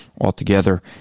altogether